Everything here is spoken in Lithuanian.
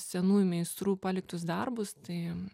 senųjų meistrų paliktus darbus tai